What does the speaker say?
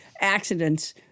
accidents